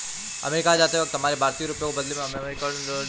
America जाते वक्त हमारे भारतीय रुपयों के बदले हमें अमरीकी डॉलर दिए गए थे